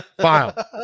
File